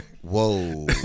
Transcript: Whoa